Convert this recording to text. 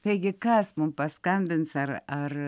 taigi kas mum paskambins ar ar